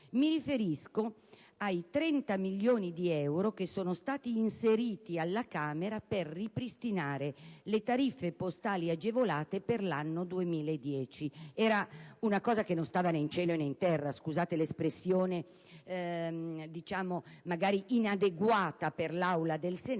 Mi riferisco ai 30 milioni di euro inseriti dalla Camera per ripristinare le tariffe postali agevolate per l'anno 2010, modificate con una norma che non stava né in cielo né in terra (scusate l'espressione, forse inadeguata all'Aula del Senato).